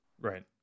Right